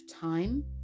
time